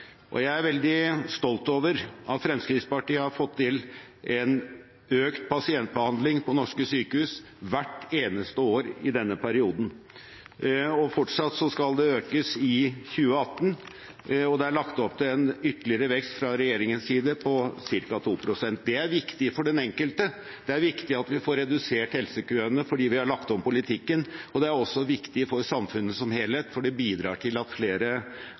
selv. Jeg er veldig stolt over at Fremskrittspartiet har fått til en økt pasientbehandling på norske sykehus hvert eneste år i denne perioden. I 2018 skal det fortsatt økes – det er lagt opp til en ytterligere vekst fra regjeringens side på ca. 2 pst. Det er viktig for den enkelte. Det er viktig at vi får redusert helsekøene fordi vi har lagt om politikken, og det er også viktig for samfunnet som helhet, for det bidrar til at flere